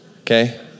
Okay